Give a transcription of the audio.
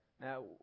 now